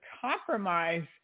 compromise